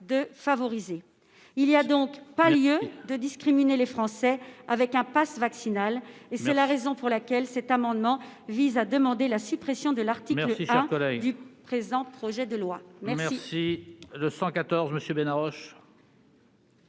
collègue. Il n'y a donc pas lieu de discriminer les Français en instaurant un passe vaccinal. C'est la raison pour laquelle cet amendement vise à prévoir la suppression de l'article 1 du présent projet de loi.